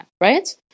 right